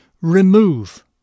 Remove